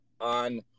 on